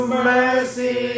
mercy